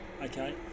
Okay